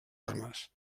armes